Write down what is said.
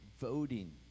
voting